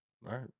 right